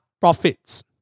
profits